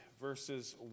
verses